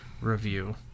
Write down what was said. review